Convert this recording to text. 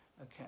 okay